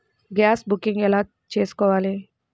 Gas booking ఎలా చేసుకోవాలి?